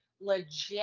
legit